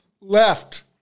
left